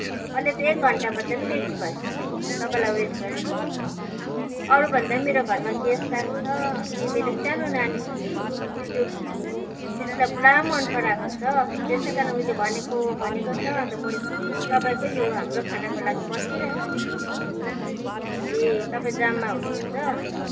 मैले त एक घन्टाभन्दा पनि बेसी भइसक्यो तपाईँलाई वेट गरेको अरू भन्दा पनि मेरो घरमा गेस्ट आएको छ फेरि मेरो सानो नानी छ कि उसले यो डिसलाई पुरा मनपराएको छ त्यसै कारण उसले भनेको भनेकै छ अन्त मैले तपाईँको यो हाम्रो खानाको लागि पर्खिराखेको छु ए तपाईँ जाममा हुनुहुन्छ